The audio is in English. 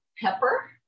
pepper